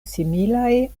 similaj